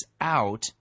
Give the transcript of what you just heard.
out